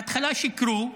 בהתחלה שיקרו,